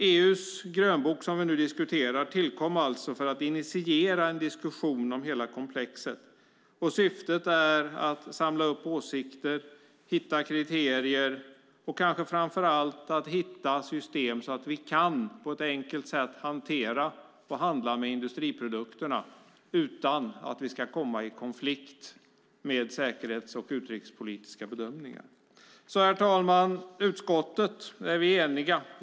EU:s grönbok som vi nu diskuterar tillkom alltså för att initiera en diskussion om hela komplexet. Syftet är att samla upp åsikter, hitta kriterier och kanske framför allt hitta system så att vi på ett enkelt sätt kan hantera och handla med industriprodukterna utan att komma i konflikt med säkerhets och utrikespolitiska bedömningar. Herr talman!